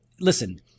listen